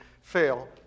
fail